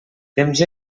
temps